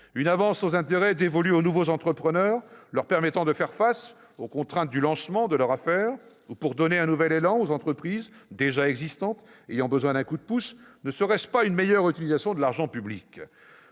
Une avance sans intérêt dévolue aux nouveaux entrepreneurs, leur permettant de faire face aux contraintes du lancement de leur affaire, ou pour donner un nouvel élan aux entreprises déjà existantes ayant besoin d'un coup de pouce, ne serait-ce pas une meilleure utilisation de l'argent public ?